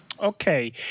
Okay